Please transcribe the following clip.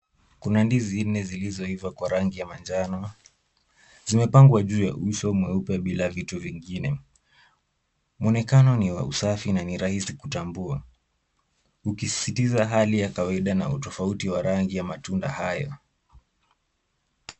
Kuna ndizi nne zilizoiva kwa rangi ya manjano. Zimepangwa juu ya uso mweupe bila vitu vingine. Mwonekano ni wa usafi na ni rahisi kutambua. Ukisisitiza hali ya kawaida na utofauti wa rangi ya matunda hayo.